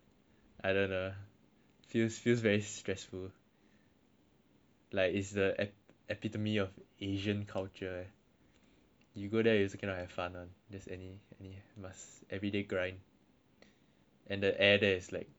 feels feels very stressful like it's the ep~ epitomy of asian culture eh you go there you just can not have fun [one] just any any must everyday grind and the air there is like garbage eh